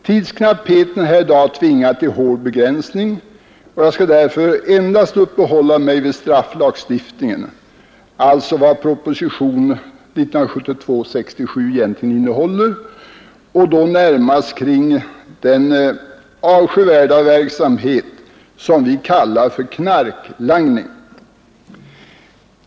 Tidsknappheten i dag tvingar mig till hård begränsning, och jag skall därför endast uppehålla mig vid strafflagstiftningen, alltså propositionen 67, och då närmast den avskyvärda verksamhet som vi kallar för knarklangning.